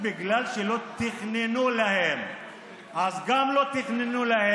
יעשה צדק עם עשרות אלפי אזרחים שנאלצו לבנות את הבתים